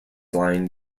line